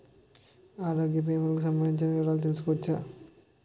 ఆరోగ్య భీమాలకి సంబందించిన వివరాలు తెలుసుకోవచ్చా?